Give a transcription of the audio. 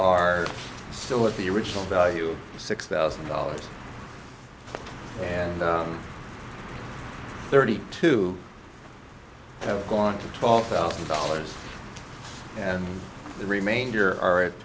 are still of the original value of six thousand dollars and thirty two have gone to twelve thousand dollars and the remainder are at